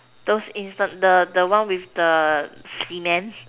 those instant the the one with the cement